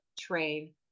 train